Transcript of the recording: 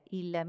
il